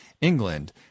England